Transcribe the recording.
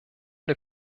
der